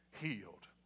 healed